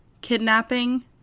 kidnapping